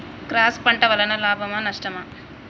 Cross పంట వలన లాభమా నష్టమా?